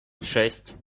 шесть